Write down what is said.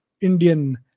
Indian